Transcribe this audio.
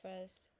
first